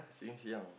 since young